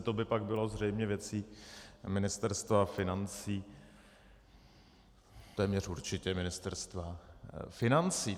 To by pak bylo zřejmě věcí Ministerstva financí, téměř určitě Ministerstva financí.